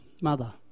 mother